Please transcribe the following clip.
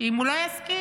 שאם הוא לא יסכים,